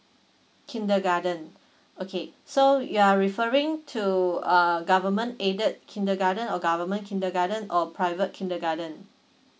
kindergarten okay so you're referring to uh government aided kindergarten or government kindergarten or private kindergarten